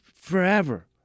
forever